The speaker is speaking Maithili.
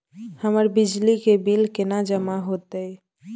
हमर बिजली के बिल केना जमा होते?